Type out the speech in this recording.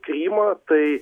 krymą tai